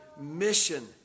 mission